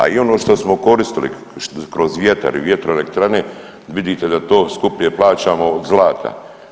A i ono što smo koristili kroz vjetar i vjetroelektrane vidite da to skuplje plaćamo od zlata.